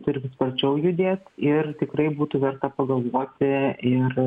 turim sparčiau judėt ir tikrai būtų verta pagalvoti ir